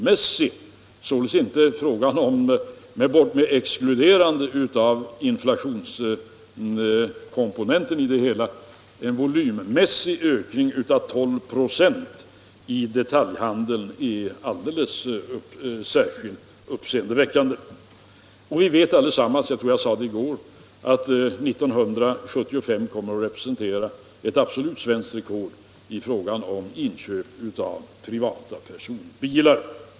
Märk väl att jag säger volymmässig ökning. En volymmässig ökning av 12 96 i detaljhandeln är alldeles särskilt uppseendeväckande. Vi vet allesammans — jag tror jag sade det i går — att 1975 kommer att representera ett absolut svenskt rekord i fråga om inköp av privata personbilar.